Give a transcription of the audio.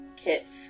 Kits